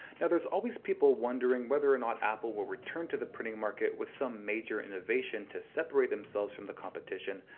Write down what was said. now there's always people wondering whether or not apple will return to the printing market with some major innovation to separate themselves from the competition,